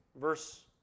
verse